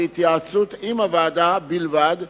בהתייעצות עם הוועדה בלבד,